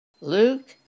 Luke